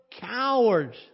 cowards